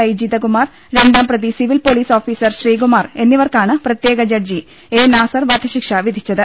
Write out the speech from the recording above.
I Jitha Kumar രണ്ടാം പ്രതി civil police officer Sreekumar എന്നിവർക്കാണ് പ്രത്യേക ജഡ്ജി എ നാസർ വധശിക്ഷ വിധിച്ചത്